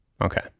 Okay